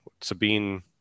Sabine